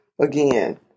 again